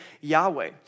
Yahweh